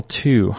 two